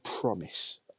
promise